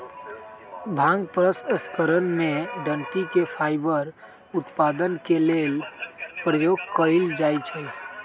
भांग प्रसंस्करण में डनटी के फाइबर उत्पादन के लेल प्रयोग कयल जाइ छइ